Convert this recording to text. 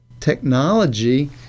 Technology